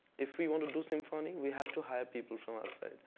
if we want to do symphonic we have to hire people from outside.